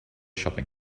shopping